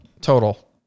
total